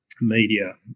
media